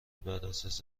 براساس